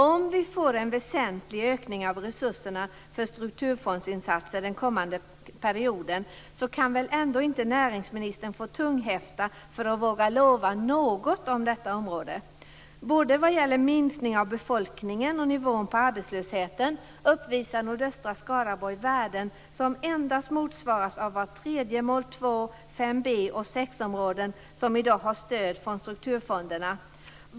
Om vi får en väsentlig ökning av resurserna för strukturfondsinsatser under den kommande perioden kan väl ändå inte näringsministern få tunghäfta när det gäller att våga lova något om detta område. Vad gäller både minskningen av befolkningen och nivån på arbetslösheten uppvisar nordöstra Skaraborg värden som endast motsvaras av vart tredje mål 2-, 5 boch 6-område som i dag har stöd från strukturfonderna.